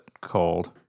called